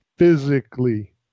physically